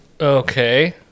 Okay